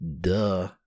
duh